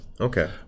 Okay